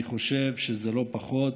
אני חושב שזה לא פחות